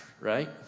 right